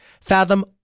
Fathom